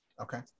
Okay